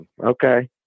Okay